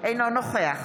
אינו נוכח